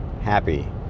happy